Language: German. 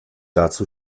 dazu